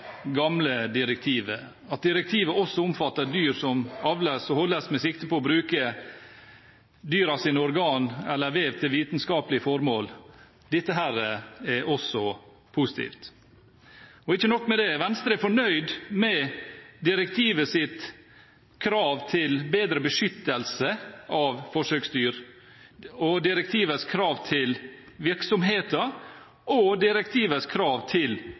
gamle direktivet – at direktivet også omfatter dyr som avles og holdes med sikte på å bruke dyrenes organ eller vev til vitenskapelige formål. Det er også positivt. Ikke nok med det: Venstre er fornøyd med direktivets krav til bedre beskyttelse av forsøksdyr og til direktivets krav til virksomheter og